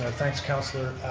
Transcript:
thanks councillor.